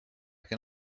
can